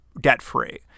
debt-free